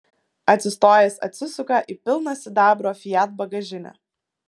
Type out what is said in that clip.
atsistojęs atsisuka į pilną sidabro fiat bagažinę